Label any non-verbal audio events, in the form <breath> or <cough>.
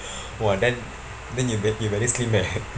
<breath> !wah! then then you ve~ you very slim eh <laughs>